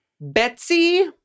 Betsy